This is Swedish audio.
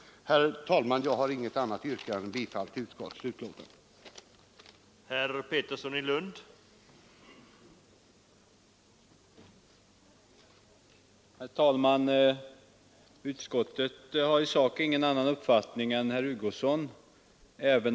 Herr talman! Jag har inget annat yrkande än om bifall till utskottets 87 hemställan.